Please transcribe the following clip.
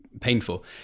painful